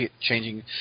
changing